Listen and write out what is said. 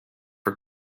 for